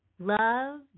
Love